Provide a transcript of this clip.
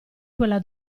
quella